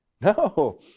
No